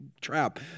trap